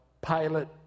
pilot